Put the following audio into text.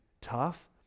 tough